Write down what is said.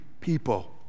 people